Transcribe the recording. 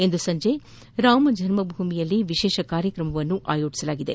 ಇಂದು ಸಂಜೆ ರಾಮನ ಜನ್ನ ಭೂಮಿಯಲ್ಲಿ ವಿಶೇಷ ಕಾರ್ಯಕ್ರಮವನ್ನು ಆಯೋಜಿಸಲಾಗಿದೆ